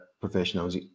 professionals